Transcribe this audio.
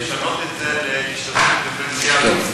לשנות את זה ליישובים דיפרנציאלית,